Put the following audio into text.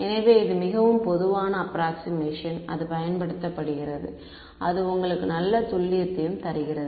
எனவே இது மிகவும் பொதுவான அப்ராக்க்ஷிமேஷன் அது பயன்படுத்தப்படுகிறது அது உங்களுக்கு நல்ல துல்லியத்தையும் தருகிறது